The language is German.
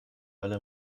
alle